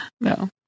No